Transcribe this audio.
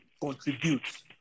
contribute